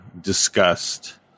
discussed